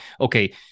okay